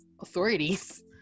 authorities